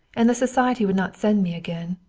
and the society would not send me again.